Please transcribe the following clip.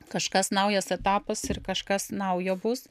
kažkas naujas etapas ir kažkas naujo bus